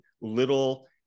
little